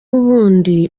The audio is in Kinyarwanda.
ubundi